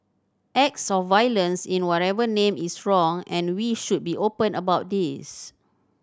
acts of violence in whatever name is wrong and we should be open about this